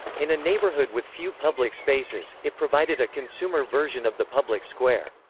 in a neighbourhood with few public spaces, it provided a consumer version of the public square.